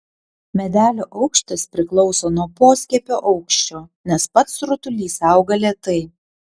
medelio aukštis priklauso nuo poskiepio aukščio nes pats rutulys auga lėtai